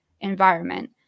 environment